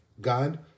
God